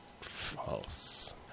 False